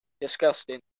disgusting